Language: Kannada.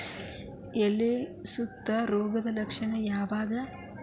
ಎಲೆ ಸುತ್ತು ರೋಗದ ಲಕ್ಷಣ ಯಾವ್ಯಾವ್?